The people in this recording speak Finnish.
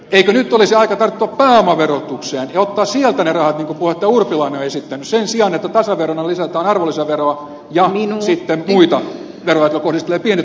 eikö nyt olisi aika tarttua pääomaverotukseen ja ottaa sieltä ne rahat niin kuin puheenjohtaja urpilainen on esittänyt sen sijaan että tasaverona lisätään arvonlisäveroa ja sitten muita veroja jotka kohdistuvat pienituloisiin voimakkaammin